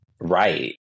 right